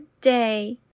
day